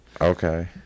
Okay